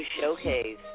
showcase